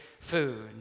food